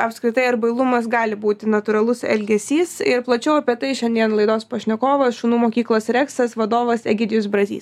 apskritai ar bailumas gali būti natūralus elgesys ir plačiau apie tai šiandien laidos pašnekovas šunų mokyklos reksas vadovas egidijus brazys